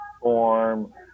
form